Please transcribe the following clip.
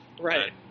Right